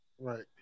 right